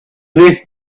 raised